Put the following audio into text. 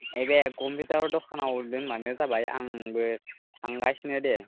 नैबे कम्पिउटार दखानाव दोनब्लानो जाबाय आंबो थांगासिनो दे